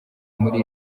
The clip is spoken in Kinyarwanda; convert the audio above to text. muri